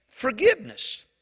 forgiveness